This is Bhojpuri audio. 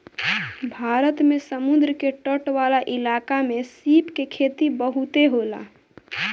भारत में समुंद्र के तट वाला इलाका में सीप के खेती बहुते होला